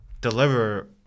deliver